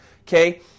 Okay